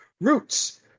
Roots